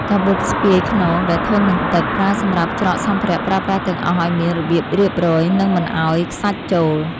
កាបូបស្ពាយខ្នងដែលធន់នឹងទឹក ប្រើសម្រាប់ច្រកសម្ភារៈប្រើប្រាស់ទាំងអស់ឱ្យមានរបៀបរៀបរយ និងមិនឱ្យខ្សាច់ចូល។